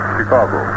Chicago